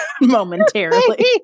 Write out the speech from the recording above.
momentarily